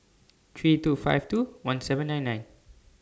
three two five two one seven nine nine